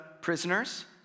prisoners